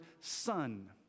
son